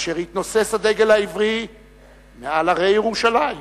"כאשר יתנוסס הדגל העברי מעל הרי ירושלים,